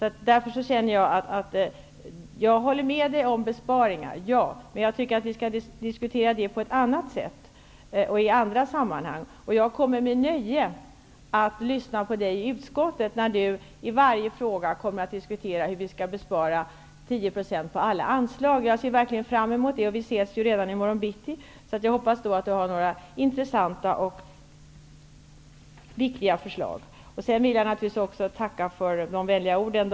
Jag håller med Simon Liliedahl om det som han sade om besparingar. Men jag tycker att vi skall diskutera den frågan på ett annat sätt och i andra sammanhang. Jag skall med nöje lyssna på Simon Liliedahl i utskottet när han skall diskutera hur vi skall spara in 10 % på varje anslag. Jag ser verkligen fram emot detta. Vi ses ju redan i morgon bitti. Jag hoppas att Simon Liliedahl då har några intressanta och viktiga förslag. Sedan vill jag tacka för de vänliga orden.